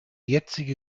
jetzige